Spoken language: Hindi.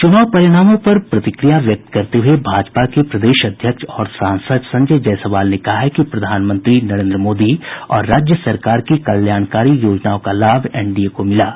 चुनाव परिणाम पर प्रतिक्रिया व्यक्त करते हुये भाजपा के प्रदेश अध्यक्ष और सांसद संजय जायसवाल ने कहा है कि प्रधानमंत्री नरेन्द्र मोदी और राज्य सरकार की कल्याणकारी योजनाओं का लाभ एनडीए को मिला है